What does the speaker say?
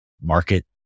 market